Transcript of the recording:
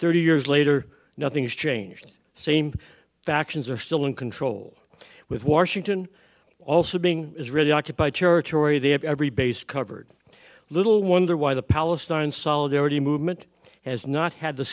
thirty years later nothing's changed the same factions are still in control with washington also being israeli occupied territory they have every base covered little wonder why the palestine solidarity movement has